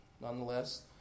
nonetheless